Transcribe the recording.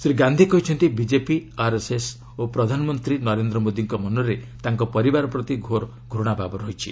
ଶ୍ରୀ ଗାନ୍ଧି କହିଛନ୍ତି BJP RSS ଓ ପ୍ରଧାନମନ୍ତ୍ରୀ ନରେନ୍ଦ୍ର ମୋଦିଙ୍କ ମନରେ ତାଙ୍କ ପରିବାର ପ୍ରତି ଘୋର ଘୃଶାଭାବ ରହିଛି